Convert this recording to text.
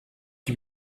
die